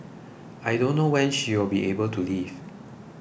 I don't know when she will be able to leave